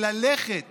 ללכת